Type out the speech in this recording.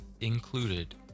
included